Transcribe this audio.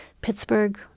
Pittsburgh